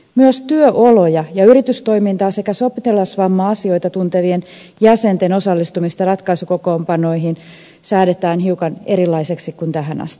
myös työoloja ja yritystoimintaa sekä sotilasvamma asioita tuntevien jäsenten osallistumista ratkaisukokoonpanoihin säädetään hiukan erilaiseksi kuin tähän asti